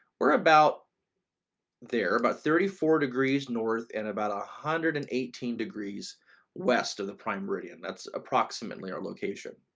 we're about there about thirty four degrees north and about one ah hundred and eighteen degrees west of the prime meridian, that's approximately our location.